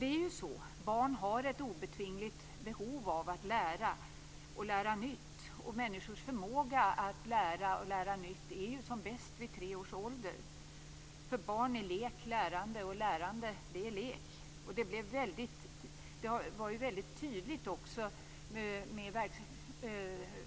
Det är ju så att barn har ett obetvingligt behov av att lära och lära nytt, och människors förmåga att lära och lära nytt är ju som bäst vid tre års ålder. För barn är lek lärande, och lärande är lek.